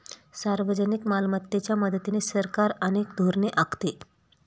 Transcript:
सार्वजनिक मालमत्तेच्या मदतीने सरकार अनेक धोरणे आखते